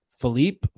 Philippe